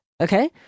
okay